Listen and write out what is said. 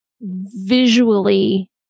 visually